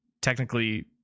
technically